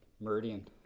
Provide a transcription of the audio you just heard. Meridian